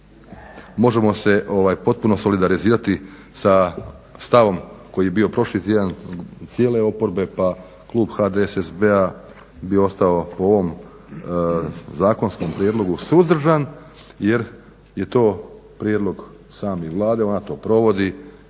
možemo se potpuno solidarizirati sa stavom koji je bio prošli tjedan cijele oporbe pa Klub HDSSB-a bi ostao po ovom zakonskom prijedlogu suzdržan jer je to prijedlog i same Vlade, ona to provodi,